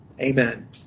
Amen